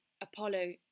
Apollo